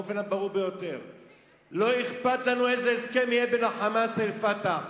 באופן הברור ביותר: לא אכפת לנו איזה הסכם יהיה בין ה"חמאס" ל"פתח".